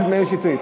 פה.